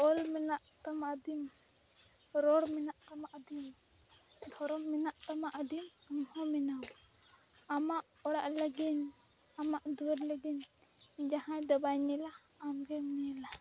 ᱚᱞ ᱢᱮᱱᱟᱜ ᱛᱟᱢᱟ ᱟᱹᱫᱤᱢ ᱨᱚᱲ ᱢᱮᱱᱟᱜ ᱛᱟᱢᱟ ᱟᱹᱫᱤᱢ ᱫᱷᱚᱨᱚᱢ ᱢᱮᱱᱟᱜ ᱛᱟᱢᱟ ᱟᱹᱫᱤᱢ ᱟᱢᱦᱚᱸ ᱢᱮᱱᱟᱜ ᱟᱢᱟᱜ ᱚᱲᱟᱜ ᱞᱟᱹᱜᱤᱫ ᱟᱢᱟᱜ ᱫᱩᱣᱟᱹᱨ ᱞᱟᱹᱜᱤᱫ ᱡᱟᱦᱟᱸᱭᱫᱚ ᱵᱟᱭ ᱧᱮᱞᱟ ᱟᱢᱜᱮᱢ ᱧᱮᱞᱟ